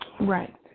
Right